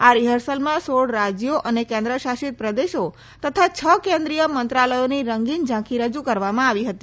આ રિહર્સલમાં સોળ રાજ્યો અને કેન્દ્ર શાસિત પ્રદેશો તથા છ કેન્દ્રીય મંત્રાલયોની રંગીન ઝાંખી રજૂ કરવામાં આવી હતી